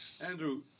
Andrew